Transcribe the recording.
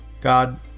God